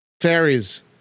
fairies